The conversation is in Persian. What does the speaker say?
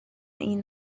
این